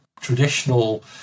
traditional